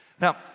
now